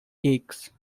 cakes